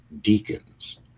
deacons